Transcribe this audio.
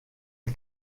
est